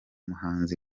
muhanzi